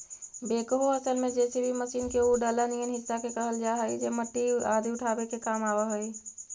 backhoe असल में JCB machine के उ डला निअन हिस्सा के कहल जा हई जे मट्टी आदि उठावे के काम आवऽ हई